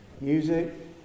music